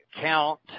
count